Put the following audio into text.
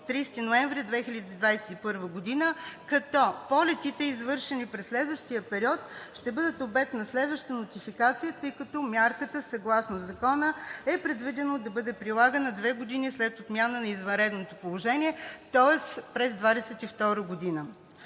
30 ноември 2021 г., като полетите, извършени през следващия период, ще бъдат обект на следваща нотификация, тъй като мярката съгласно Закона, е предвидено да бъде прилагана две години след отмяна на извънредното положение, тоест през 2022 г.